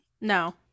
No